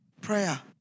Prayer